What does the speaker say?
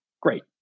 great